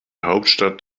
hauptstadt